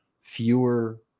fewer